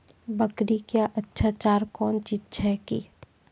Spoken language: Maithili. बकरी क्या अच्छा चार कौन चीज छै के?